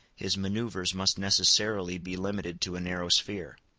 his manoeuvres must necessarily be limited to a narrow sphere